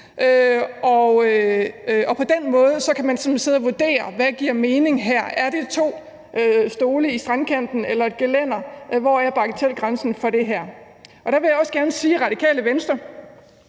på den måde kan man sådan sidde og vurdere, hvad der giver mening her. Er det to stole i strandkanten eller et gelænder? Hvor er bagatelgrænsen for det her? Og der vil jeg også gerne sige, at i Radikale Venstre